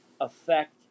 affect